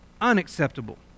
unacceptable